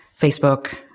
Facebook